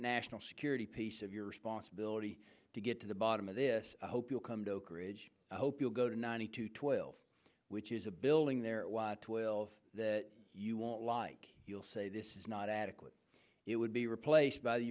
national security piece of your responsibility to get to the bottom of this i hope you'll come to oakridge i hope you'll go to ninety two twelve which is a building there twelve that you won't like you'll say this is not adequate it would be replaced by the